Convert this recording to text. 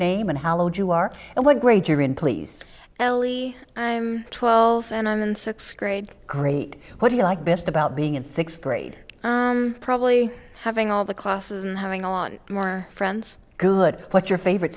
name and holloed you are and what grade you're in please ellie i'm twelve and i'm in sixth grade great what do you like best about being in sixth grade probably having all the classes and having on more friends good what's your favorite